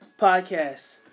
podcast